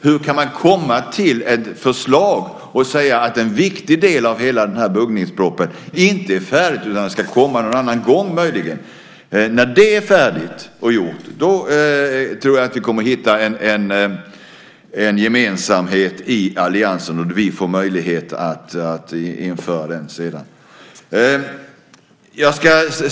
Hur kan man komma med ett förslag och säga att en viktig del av buggningsproppen inte är färdig utan att det möjligen ska komma någon annan gång? När det är färdigt tror jag att vi kommer att hitta en gemensamhet i alliansen. Då får vi möjlighet att införa detta.